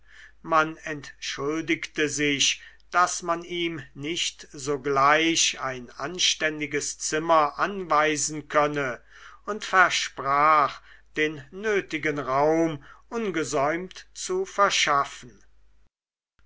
man entschuldigte sich daß man ihm nicht sogleich ein anständiges zimmer anweisen könne und versprach den nötigen raum ungesäumt zu verschaffen